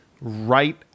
right